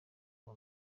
ngo